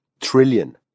trillion